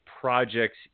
projects